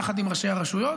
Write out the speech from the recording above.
יחד עם ראשי הרשויות.